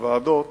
לוועדות